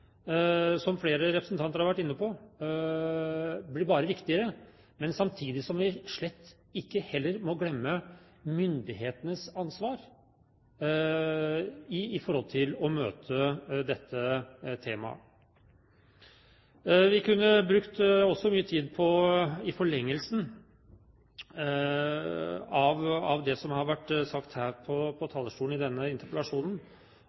som flere representanter har vært inne på, bare blir viktigere. Samtidig må vi slett ikke heller glemme myndighetenes ansvar for å møte dette temaet. Vi kunne i forlengelsen av det som har vært sagt her på talerstolen i denne interpellasjonsdebatten, også brukt mye tid på,